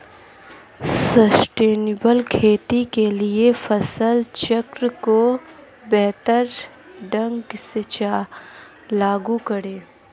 sustainable खेती के लिए फसल चक्र को बेहतर ढंग से लागू करें